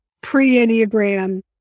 pre-Enneagram